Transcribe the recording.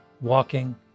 walking